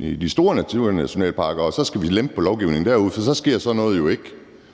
i de store naturnationalparker, og så skal vi lempe på lovgivningen derude, for så sker sådan noget jo ikke.